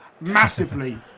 massively